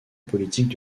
politique